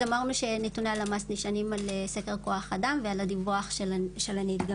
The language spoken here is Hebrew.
אז אמרנו שנתוני הלמ"ס נשענים על סקר כוח אדם ועל הדיווח של הנדגמים.